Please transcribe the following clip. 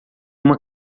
uma